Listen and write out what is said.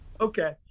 okay